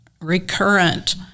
recurrent